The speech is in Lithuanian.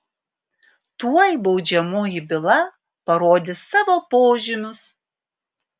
tuoj baudžiamoji byla parodys savo požymius